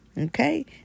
Okay